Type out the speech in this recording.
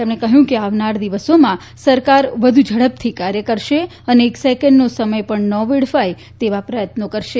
તેમણે કહ્યું કે આવનારા દિવસોમાં સરકાર વધુ ઝડપથી કાર્ય કરશે અને એક સેકન્ડનો સમય પણ ન વેડફાય તેવો પ્રયત્ન કરશે